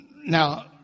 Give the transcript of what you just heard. now